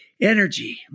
energy